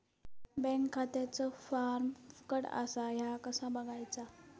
Bank खात्याचो form फुकट असा ह्या कसा बगायचा?